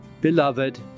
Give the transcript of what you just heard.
Beloved